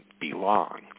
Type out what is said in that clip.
belong